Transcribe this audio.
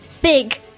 big